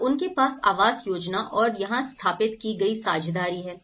और उनके पास आवास योजना और यहां स्थापित की गई साझेदारी है